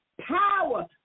power